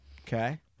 Okay